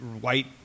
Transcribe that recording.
white